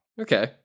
Okay